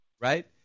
right